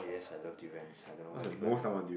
oh yes I love durians I don't know why people don't